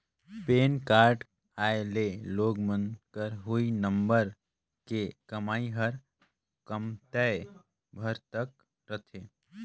PAN card आए ले लोग मन क हुई नंबर के कमाई हर कमातेय भर तक रथे